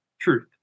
truth